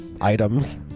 items